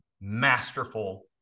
masterful